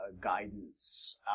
guidance